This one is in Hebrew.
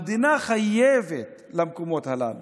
המדינה חייבת למקומות הללו.